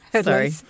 Sorry